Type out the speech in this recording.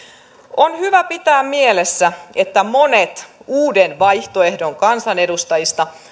on hyvä pitää mielessä että monet uuden vaihtoehdon kansanedustajista